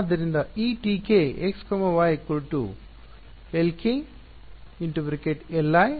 ಆದ್ದರಿಂದ ಈ Tk x y lk Li∇Lj − Lj ∇Li